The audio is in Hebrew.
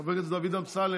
חבר הכנסת דוד אמסלם,